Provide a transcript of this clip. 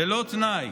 ללא תנאי.